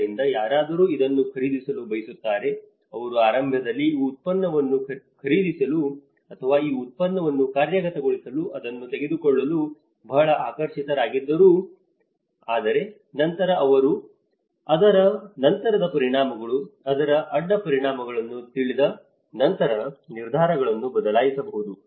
ಆದ್ದರಿಂದ ಯಾರಾದರೂ ಇದನ್ನು ಖರೀದಿಸಲು ಬಯಸುತ್ತಾರೆ ಅವರು ಆರಂಭದಲ್ಲಿ ಈ ಉತ್ಪನ್ನವನ್ನು ಖರೀದಿಸಲು ಅಥವಾ ಈ ಉತ್ಪನ್ನವನ್ನು ಕಾರ್ಯಗತಗೊಳಿಸಲು ಇದನ್ನು ತೆಗೆದುಕೊಳ್ಳಲು ಬಹಳ ಆಕರ್ಷಿತರಾಗಿದ್ದರು ಆದರೆ ನಂತರ ಅವರು ಅದರ ನಂತರದ ಪರಿಣಾಮಗಳು ಅದರ ಅಡ್ಡಪರಿಣಾಮಗಳನ್ನು ತಿಳಿದ ನಂತರ ನಿರ್ಧಾರಗಳನ್ನು ಬದಲಾಯಿಸಬಹುದು